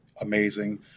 Amazing